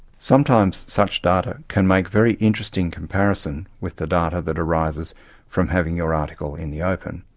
sometimes such data can make very interesting comparison with the data that arises from having your article in the open.